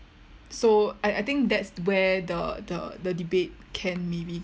so I I think that's where the the the debate can maybe